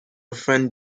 friend